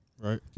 Right